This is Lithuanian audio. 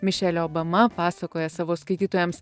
mišelė obama pasakoja savo skaitytojams